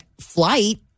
flight